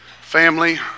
family